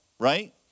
right